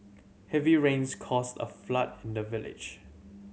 heavy rains caused a flood in the village